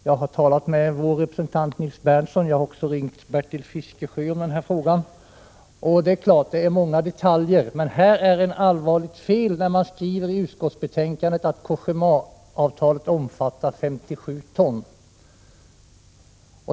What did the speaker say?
Jag har talat med vår representant, Nils Berndtson, och jag har också ringt Bertil Fiskesjö om den saken. Det är klart att det är många detaljer att hålla reda på, men det här är ett allvarligt fel. Man skriver alltså i utskottsbetänkandet att Cogéma-avtalet omfattar 57 ton.